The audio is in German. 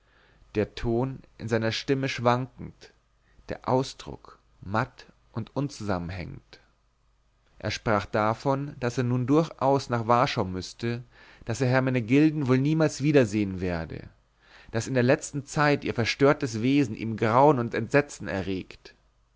der ton seiner stimme schwankend der ausdruck matt und unzusammenhängend er sprach davon daß er nun durchaus nach warschau müßte daß er hermenegilden wohl niemals wiedersehen werde daß in der letzten zeit ihr verstörtes wesen ihm grauen und entsetzen erregt